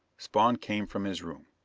spawn came from his room.